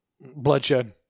Bloodshed